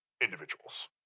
individuals